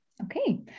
Okay